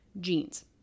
genes